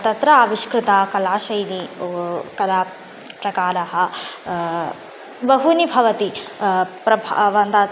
तत्र आविष्कृता कलाशैली कलाप्रकाराः बहवः भवति प्रभावन्तात्